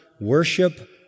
worship